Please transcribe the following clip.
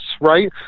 right